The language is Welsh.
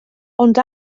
ond